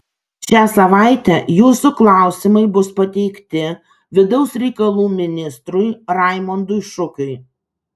šią savaitę jūsų klausimai bus pateikti vidaus reikalų ministrui raimondui šukiui